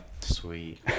Sweet